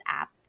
app